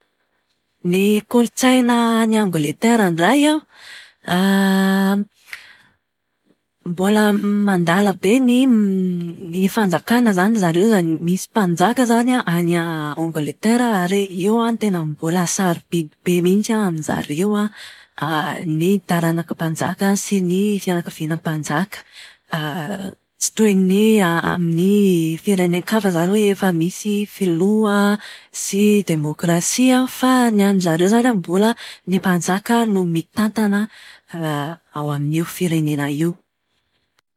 Ny kolotsaina any Angeletera indray an, mbola mandala be ny fanjakana izany zareo izany misy mpanjaka izany any Angeletera ary io tena mbola sarobidy be mihitsy amin'izareo ny taranaka mpanjaka sy ny fianakaviana mpanjaka. Tsy toy ny amin'ny firenen-kafa izany hoe efa misy filoha sy demokrasia fa ny an'izareo izany an mbola ny mpanjaka no mitantana ao amin'io firenena io.